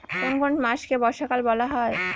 কোন কোন মাসকে বর্ষাকাল বলা হয়?